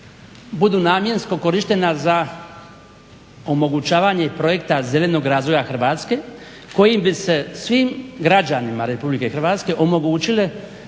budu namjensko korištena za omogućavanje projekta zelenog razvoja Hrvatske kojim bi se svim građanima Republike Hrvatske omogućile